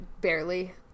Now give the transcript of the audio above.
Barely